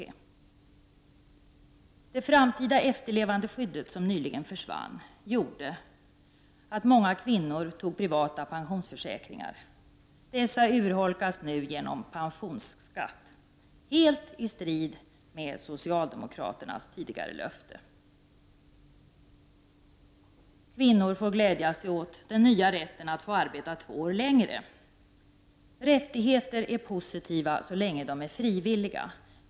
När det framtida efterlevandeskyddet nyligen avskaffades tog många kvinnor privata pensionsförsäkringar. Dessa urholkas nu genom pensionsskatt, helt i strid med socialdemokraternas tidigare löfte. Kvinnorna får glädja sig åt den nya rätten att få arbeta två år längre. Rättigheter är positiva så länge de är frivilliga.